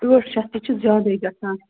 ٲٹھ شَتھ تہِ چھِ زیادَے گژھان